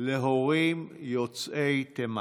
להורים יוצאי תימן: